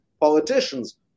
politicians